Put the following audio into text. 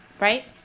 Right